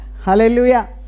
Hallelujah